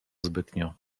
zbytnio